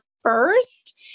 first